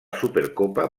supercopa